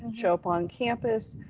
and show up on campus.